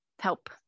help